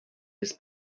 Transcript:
his